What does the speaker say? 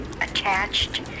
Attached